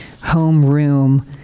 homeroom